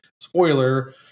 spoiler